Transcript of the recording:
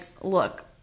look